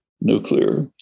nuclear